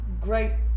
great